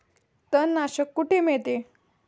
तणनाशक कुठे मिळते?